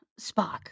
Spock